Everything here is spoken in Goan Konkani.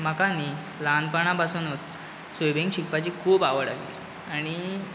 म्हाका न्ही ल्हानपणा पसून स्विमींग शिकपाची खूब आवड आनी